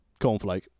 cornflake